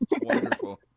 Wonderful